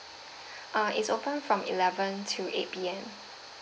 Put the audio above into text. uh it's open from eleven to eight P_M